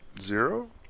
Zero